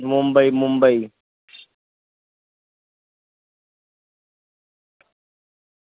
Mumbai Mumbai